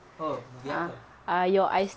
oh movie apa